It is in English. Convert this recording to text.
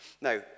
Now